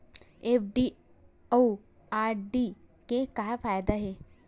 FD अउ RD के का फायदा हे?